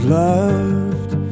loved